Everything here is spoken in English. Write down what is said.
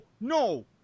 no